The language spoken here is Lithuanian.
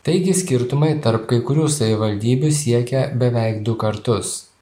taigi skirtumai tarp kai kurių savivaldybių siekia beveik du kartus